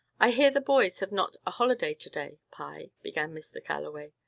i hear the boys have not a holiday to-day, pye, began mr. galloway.